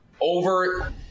over